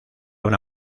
una